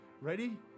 Ready